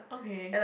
okay